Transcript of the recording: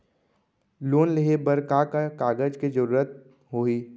Loan लेहे बर का का कागज के जरूरत होही?